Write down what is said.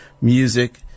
music